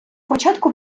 початку